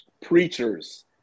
preachers